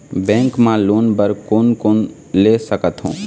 Bank मा loan बर कोन कोन ले सकथों?